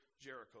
Jericho